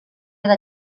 era